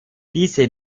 diese